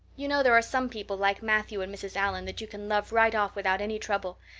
you know there are some people, like matthew and mrs. allan that you can love right off without any trouble.